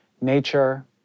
nature